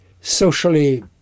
socially